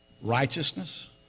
Righteousness